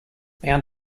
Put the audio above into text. bound